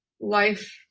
life